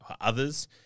others